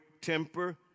temper